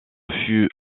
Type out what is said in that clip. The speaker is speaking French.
fut